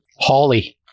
Holly